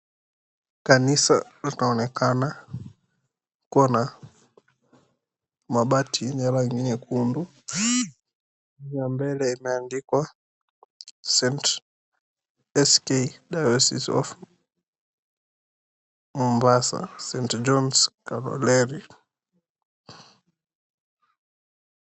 Kanisa inaonekana kuwa na mabati yenye rangi nyekundu na mbele imeandikwa, ACK Diocese Of Mombasa, St John's Kaloleni.